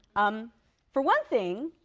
um for one thing,